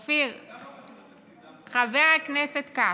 גם זה לא קשור לתקציב, זה, חבר הכנסת כץ,